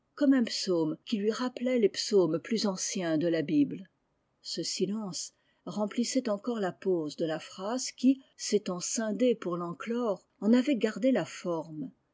ui lui rappelait les psaumes plus anciens de la bible ce silence remplissait encore la pause de la phrase qui s'étant scindée pour l'enclore en avait gardé la forme